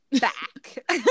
Back